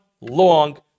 long